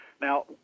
Now